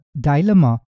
dilemma